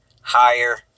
higher